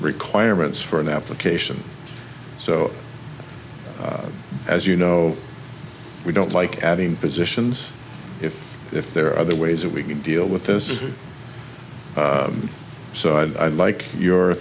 requirements for an application so as you know we don't like adding positions if if there are other ways that we can deal with this is so i'd like your